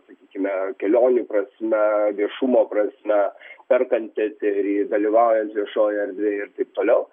sakykime kelionių prasme viešumo prasme perkant eterį dalyvaujant viešoj erdvėj ir taip toliau